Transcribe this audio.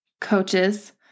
coaches